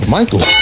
Michael